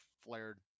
flared